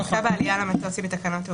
הבדיקה לעלייה למטוס היא בתקנת תעופה.